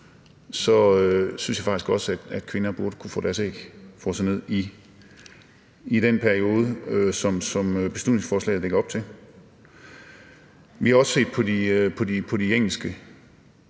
synes jeg faktisk også, at kvinder burde kunne få deres æg frosset ned i den periode, som beslutningsforslaget lægger op til. Vi har også set på de engelske